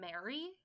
Mary